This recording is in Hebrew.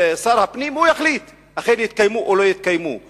שר הפנים הוא יחליט אם יתקיימו או לא יתקיימו בחירות.